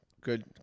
Good